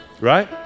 right